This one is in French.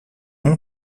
nom